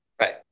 Right